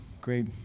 great